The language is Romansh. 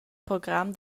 program